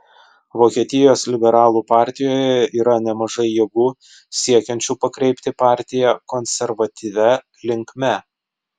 vokietijos liberalų partijoje yra nemažai jėgų siekiančių pakreipti partiją konservatyvia linkme